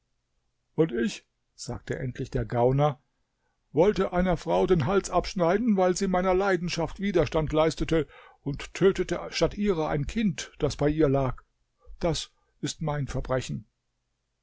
und ich sagte endlich der gauner wollte einer frau den hals abschneiden weil sie meiner leidenschaft widerstand leistete und tötete statt ihrer ein kind das bei ihr lag das ist mein verbrechen